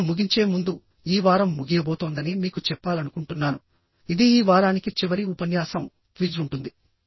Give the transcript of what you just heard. నేను ముగించే ముందు ఈ వారం ముగియబోతోందని మీకు చెప్పాలనుకుంటున్నాను ఇది ఈ వారానికి చివరి ఉపన్యాసం క్విజ్ ఉంటుంది